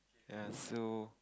ya so